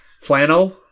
Flannel